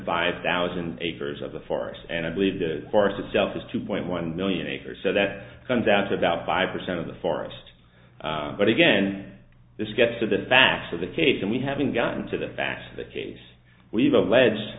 five thousand acres of a farce and i believe the course itself is two point one million acres so that comes out to about five percent of the forest but again this gets to the facts of the case and we haven't gotten to the facts of the case we've alleged